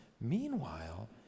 meanwhile